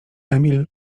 emil